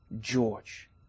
George